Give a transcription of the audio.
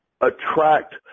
attract